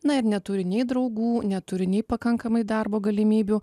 na ir neturi nei draugų neturi nei pakankamai darbo galimybių